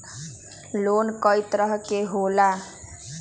Loan कय तरह के होला?